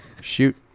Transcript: shoot